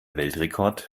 weltrekord